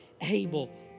able